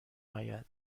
آید